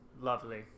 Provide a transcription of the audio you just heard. Lovely